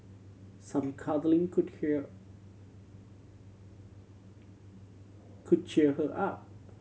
some cuddling could could cheer her up